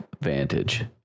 Vantage